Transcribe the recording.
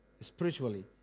spiritually